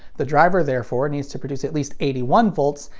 the driver therefore needs to produce at least eighty one volts,